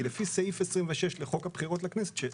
כי לפי סעיף 26 לחוק הבחירות לכנסת,